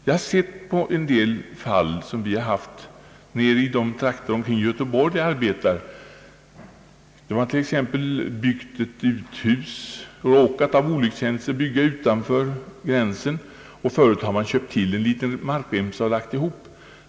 Vi har haft en del fall i de trakter omkring Göteborg där jag arbetar — man har t.ex. byggt ett uthus och av olyckshändelse råkat bygga utanför gränsen. Förut har man kanske i ett sådant fall köpt till en liten remsa och lagt ihop.